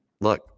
look